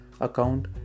account